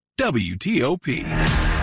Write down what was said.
WTOP